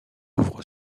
ouvre